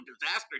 disaster